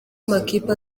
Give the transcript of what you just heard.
amakipe